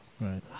Right